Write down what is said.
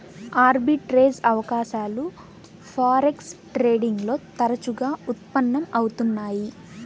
arbitrage అవకాశాలు forex trading లో తరచుగా ఉత్పన్నం అవుతున్నయ్యి